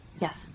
Yes